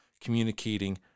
communicating